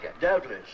Doubtless